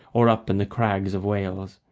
or up in the crags of wales.